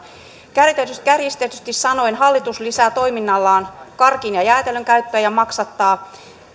kärjistetysti kärjistetysti sanoen hallitus lisää toiminnallaan karkin ja jäätelön käyttäjiä ja maksattaa